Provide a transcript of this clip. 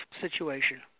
situation